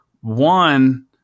One